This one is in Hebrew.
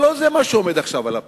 אבל לא זה מה שעומד עכשיו על הפרק,